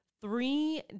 three